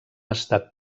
estat